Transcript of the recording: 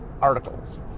articles